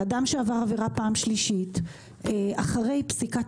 לאדם שעבר עבירה פעם שלישית אחרי פסיקת